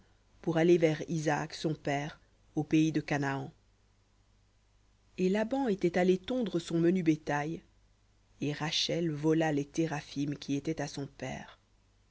pour aller vers isaac son père au pays de canaan et laban était allé tondre son menu bétail et rachel vola les théraphim qui étaient à son père